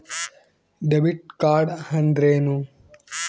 Debit card ಅಂದ್ರೇನು?